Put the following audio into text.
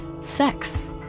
sex